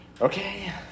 okay